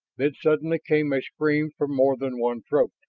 then suddenly came a scream from more than one throat.